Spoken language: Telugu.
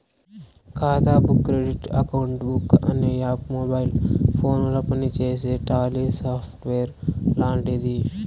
ఖాతా బుక్ క్రెడిట్ అకౌంట్ బుక్ అనే యాప్ మొబైల్ ఫోనుల పనిచేసే టాలీ సాఫ్ట్వేర్ లాంటిది